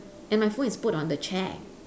and my phone is put on the chair